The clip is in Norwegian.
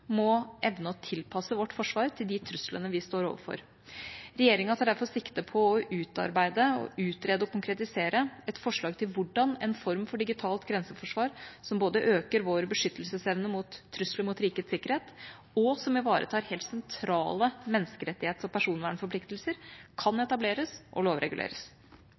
må evne å tilpasse vårt forsvar til de truslene vi står overfor. Regjeringa tar derfor sikte på å utarbeide og utrede og konkretisere et forslag til hvordan en form for digitalt grenseforsvar som både øker vår beskyttelsesevne mot trusler mot rikets sikkerhet og ivaretar helt sentrale menneskerettighets- og personvernforpliktelser, kan etableres og lovreguleres.